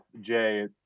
Jay